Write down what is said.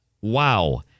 wow